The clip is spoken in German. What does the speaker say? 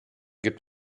gibt